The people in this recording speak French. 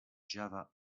java